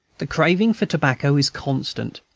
the craving for tobacco is constant,